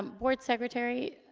um board secretary,